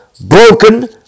broken